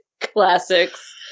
classics